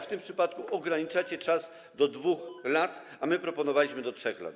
W tym przypadku ograniczacie czas do 2 lat, a my proponowaliśmy tu 3 lata.